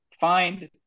find